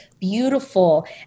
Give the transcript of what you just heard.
beautiful